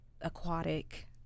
aquatic